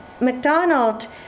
McDonald